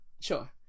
Sure